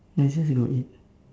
let's just go eat